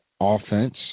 offense